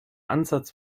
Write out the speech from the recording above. ansatz